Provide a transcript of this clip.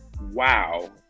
Wow